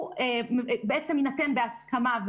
הוא בעצם יינתן בהסכמה,